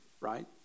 right